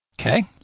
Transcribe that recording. Okay